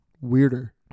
weirder